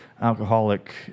Alcoholic